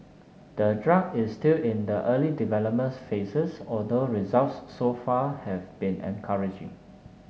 the drug is still in the early development phases although results so far have been encouraging